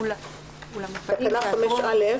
--- אולם מופעים, תיאטרון.